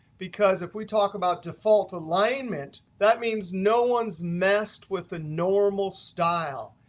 because if we talk about default alignment, that means no one's messed with the normal style.